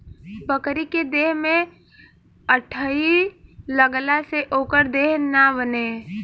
बकरी के देह में अठइ लगला से ओकर देह ना बने